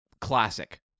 classic